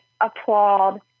applaud